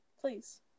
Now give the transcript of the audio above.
Please